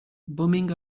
bumming